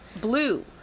blue